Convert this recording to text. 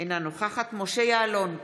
אינה נוכחת משה יעלון,